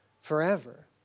forever